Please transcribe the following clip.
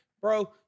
bro